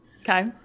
Okay